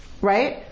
Right